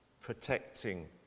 protecting